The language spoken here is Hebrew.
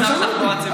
ניסע בתחבורה ציבורית,